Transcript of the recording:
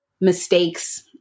mistakes